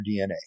DNA